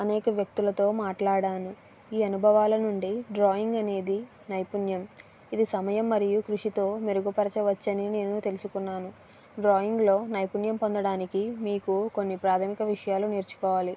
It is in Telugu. అనేక వ్యక్తులతో మాట్లాడాను ఈ అనుభవాల నుండి డ్రాయింగ్ అనేది నైపుణ్యం ఇది సమయం మరియు కృషితో మెరుగుపరచవచ్చని నేను తెలుసుకున్నాను డ్రాయింగ్లో నైపుణ్యం పొందడానికి మీకు కొన్ని ప్రాథమిక విషయాలు నేర్చుకోవాలి